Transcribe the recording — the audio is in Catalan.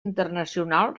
internacional